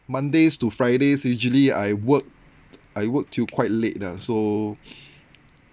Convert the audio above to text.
mondays to fridays usually I work I work till quite late lah so